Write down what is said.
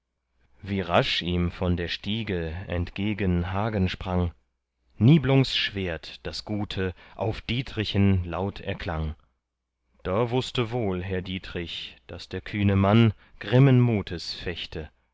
wie rasch ihm von der stiege entgegen hagen sprang niblungs schwert das gute auf dietrichen laut erklang da wußte wohl herr dietrich daß der kühne mann grimmen mutes fechte